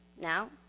now